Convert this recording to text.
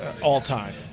all-time